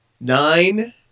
Nine